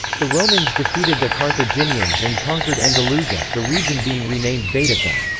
the romans defeated the carthaginians and conquered andalusia, the region being renamed baetica.